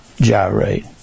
gyrate